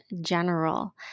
general